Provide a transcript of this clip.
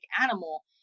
animal